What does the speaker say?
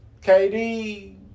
KD